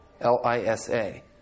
L-I-S-A